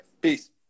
Peace